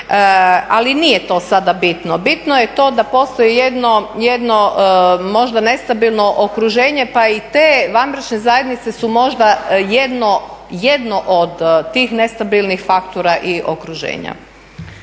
ali nije to sada bitno. Bitno je to da postoji jedno možda nestabilno okruženje pa i te vanbračne zajednice su možda jedno od tih nestabilnih faktora i okruženja.